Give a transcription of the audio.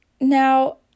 Now